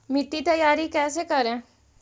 मिट्टी तैयारी कैसे करें?